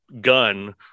gun